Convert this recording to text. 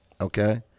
Okay